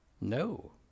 No